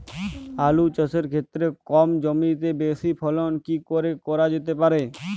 আলু চাষের ক্ষেত্রে কম জমিতে বেশি ফলন কি করে করা যেতে পারে?